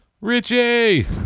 Richie